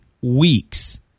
weeks